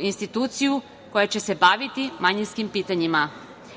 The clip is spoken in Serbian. instituciju koja će se baviti manjinskim pitanjima,